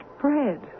bread